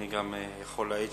אני גם יכול להעיד